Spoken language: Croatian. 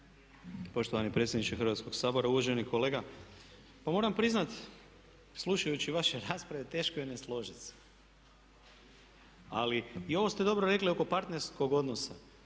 Poštovani predsjedniče Hrvatskog sabora. Uvaženi kolega, pa moram priznat slušajući vaše rasprave, teško je ne složit se. Ali i ovo ste dobro rekli oko parterskog odnosa,